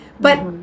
But-